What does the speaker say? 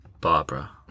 Barbara